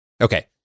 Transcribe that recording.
okay